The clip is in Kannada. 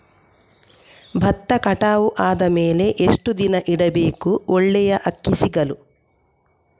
ಭತ್ತ ಕಟಾವು ಆದಮೇಲೆ ಎಷ್ಟು ದಿನ ಇಡಬೇಕು ಒಳ್ಳೆಯ ಅಕ್ಕಿ ಸಿಗಲು?